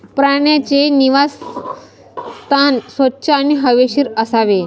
प्राण्यांचे निवासस्थान स्वच्छ आणि हवेशीर असावे